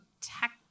tech